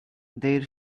their